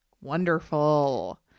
wonderful